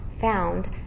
found